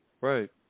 Right